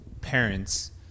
parents